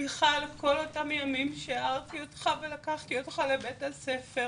סליחה על כל אותם ימים שהערתי אותך ולקחתי אותך לבית הספר,